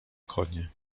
konie